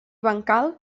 bancal